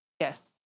Yes